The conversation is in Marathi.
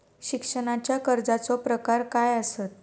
शिक्षणाच्या कर्जाचो प्रकार काय आसत?